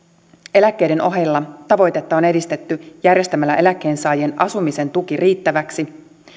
eläkkeiden ohella tavoitetta on edistetty järjestämällä eläkkeensaajien asumisen tuki riittäväksi